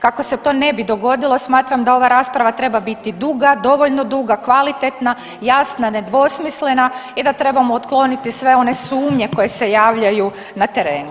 Kako se to ne bi dogodilo smatram da ova rasprava treba biti duga, dovoljno duga, kvalitetna, jasna, nedvosmislena i da trebamo otkloniti sve one sumnje koje se javljaju na terenu.